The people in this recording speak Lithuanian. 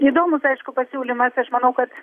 įdomus aišku pasiūlymas aš manau kad